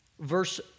verse